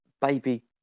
baby